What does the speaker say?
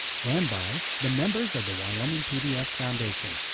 and by the members of the wyomingpbs foundation.